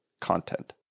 content